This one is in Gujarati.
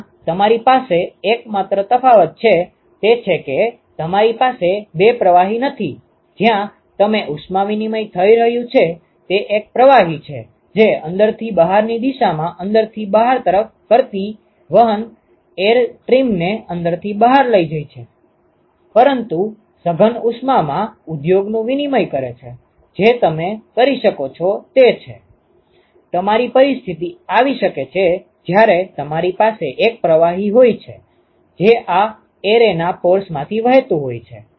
જ્યાં તમારી પાસે એકમાત્ર તફાવત છે તે છે કે તમારી પાસે બે પ્રવાહી નથી જ્યાં તે ઉષ્મા વિનીમય થઈ રહ્યું છે તે એક પ્રવાહી છે જે અંદરથી બહારની દિશામાં અંદરથી બહાર વહન કરતી એરસ્ટ્રીમને અંદરથી બહાર લઈ જાય છે પરંતુ સઘન ઉષ્મામાં ઉદ્યોગોનું વિનીમય કરે છે જે તમે કરી શકો છો તે છે તમારી પરિસ્થિતિ આવી શકે છે જ્યારે તમારી પાસે એક પ્રવાહી હોય છે જે આ એરેના પોર્સમાંથી વહેતું હોય છે